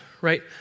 right